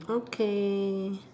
okay